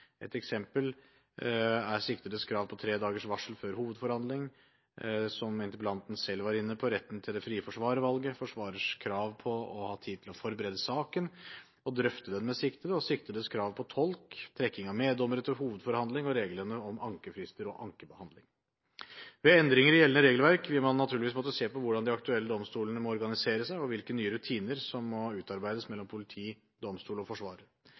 Et eksempel er siktedes krav på tre dagers varsel før hovedforhandling, som interpellanten selv var inne på: retten til det rette forsvarervalget, forsvarers krav på å ha tid til forberede saken og drøfte den med siktede, siktedes krav på tolk, trekking av meddommere til hovedforhandling og reglene om ankefrister og ankebehandling. Ved endringer i gjeldende regelverk vil man naturligvis måtte se på hvordan de aktuelle domstolene må organisere seg, og hvilke nye rutiner som må utarbeides mellom politi, domstol og